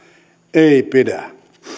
ei pidä